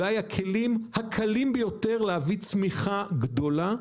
אלה אולי הכלים הקלים ביותר להביא צמיחה גדולה.